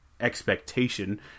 expectation